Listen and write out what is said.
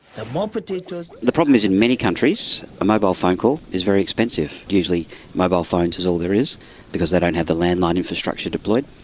the more potatoes. the problem is in many countries a mobile phone call is very expensive. usually mobile phones are all there is because they don't have the landline infrastructure employed.